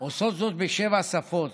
עושות זאת בשבע שפות,